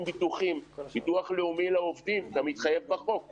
לדעתי מכונן ברמה הזאת.